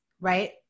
right